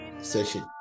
session